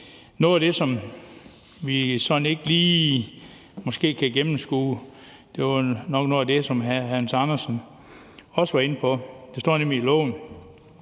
Noget af det, som vi måske ikke lige kan gennemskue, var nok også noget af det, som hr. Hans Andersen var inde på. Der står nemlig i